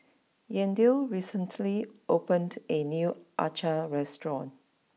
Yandel recently opened a new Acar restaurant